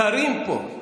שרים פה.